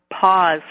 pause